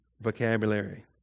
vocabulary